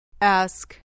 Ask